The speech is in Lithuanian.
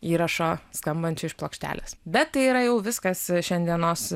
įrašo skambančio iš plokštelės bet tai yra jau viskas šiandienos